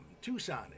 Tucson